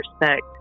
respect